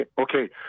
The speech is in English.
okay